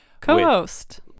co-host